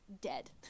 dead